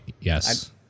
yes